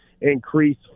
increase